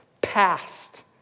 past